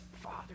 father